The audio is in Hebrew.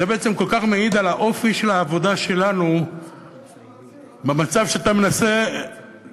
זה בעצם כל כך מעיד על האופי של העבודה שלנו במצב שאתה מנסה לא